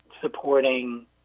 supporting